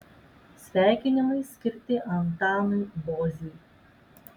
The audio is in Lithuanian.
sveikinimai skirti antanui boziui